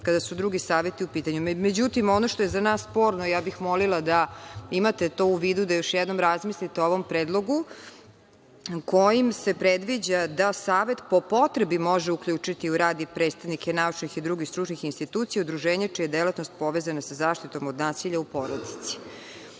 kada su drugi saveti u pitanju.Međutim, ono što je za nas sporno, ja bih molila da imate to u vidu, da još jednom razmislite o ovom predlogu kojim se predviđa da Savet po potrebi može uključiti u rad i predstavnike naučnih i drugih stručnih institucija, udruženja čija je delatnost povezana sa zaštitom od nasilja u porodici. Mi